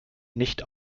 nicht